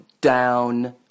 down